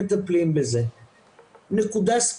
אני אשמח לחדד עוד נקודה.